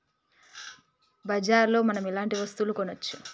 బజార్ లో మనం ఎలాంటి వస్తువులు కొనచ్చు?